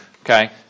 okay